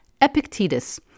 Epictetus